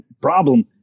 problem